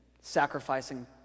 sacrificing